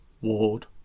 Ward